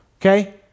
okay